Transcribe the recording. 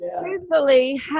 truthfully